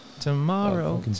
Tomorrow